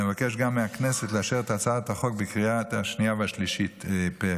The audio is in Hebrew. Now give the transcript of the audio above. אני מבקש גם מהכנסת לאשר פה אחד את הצעת החוק בקריאה השנייה והשלישית.